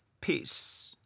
peace